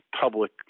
public